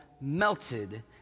melted